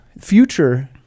future